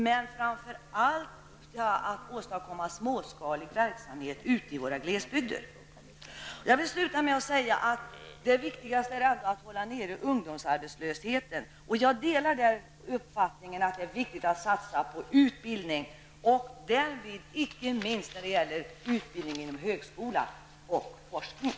Men framför allt skulle det åstadkomma småskalig verksamhet ute i våra glesbygder. Jag vill sluta med att säga att det viktigaste ändå är att hålla nere ungdomsarbetslösheten. Jag delar där uppfattningen att det är viktigt att satsa på utbildning, därvid icke minst på utbildning vid högskola och på forskning.